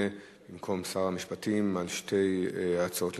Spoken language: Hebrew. במקום שר המשפטים על שתי ההצעות לסדר-היום.